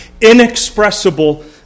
Inexpressible